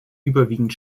überwiegend